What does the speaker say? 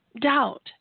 doubt